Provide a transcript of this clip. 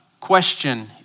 question